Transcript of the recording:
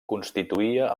constituïa